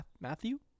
Matthew